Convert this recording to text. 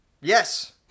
yes